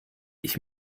ich